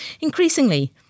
Increasingly